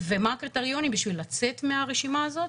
ומה הקריטריונים בשביל לצאת מהרשימה הזו.